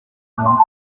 month